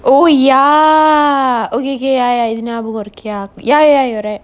oh ya okay okay I I இது ஞாபகம் இருக்கு:ithu njapakam irukku ya ya you're right